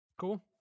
Cool